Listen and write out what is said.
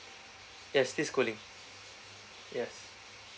yes pre schooling yes